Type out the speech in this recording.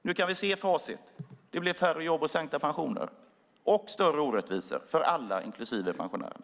Nu kan vi se facit. Det blev färre jobb, sänkta pensioner och större orättvisor för alla inklusive pensionärerna.